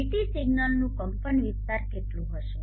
VT સિગ્નલનું કંપનવિસ્તાર કેટલું હશે